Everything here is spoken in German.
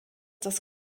das